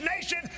nation